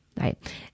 Right